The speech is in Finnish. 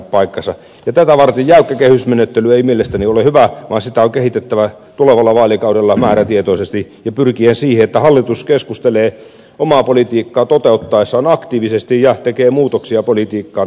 tätä varten jäykkä kehysmenettely ei mielestäni ole hyvä vaan sitä on kehitettävä tulevalla vaalikaudella määrätietoisesti ja pyrkien siihen että hallitus keskustelee omaa politiikkaa toteuttaessaan aktiivisesti ja tekee muutoksia politiikan